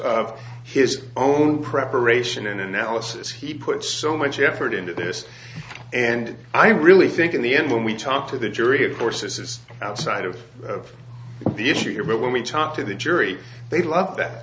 of his own preparation and analysis he puts so much effort into this and i really think in the end when we talk to the jury of course this is outside of the issue here but when we talk to the jury they love that